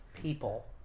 people